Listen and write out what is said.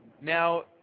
now